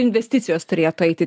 investicijos turėtų eiti